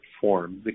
form